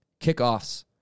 kickoffs